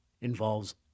involves